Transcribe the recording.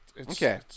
Okay